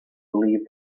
believe